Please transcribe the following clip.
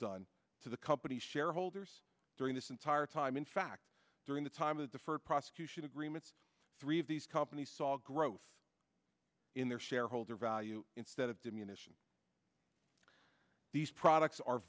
done to the company shareholders during this entire time in fact during the time of the first prosecution agreements three of these companies saw growth in their shareholder value instead of diminishing these products are